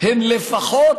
הן לפחות,